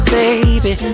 baby